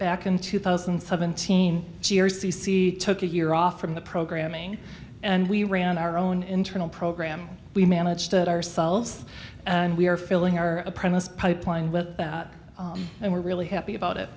back in two thousand and seventeen g or c c took a year off from the programming and we ran our own internal program we managed it ourselves and we are filling our apprentice pipeline with and we're really happy about it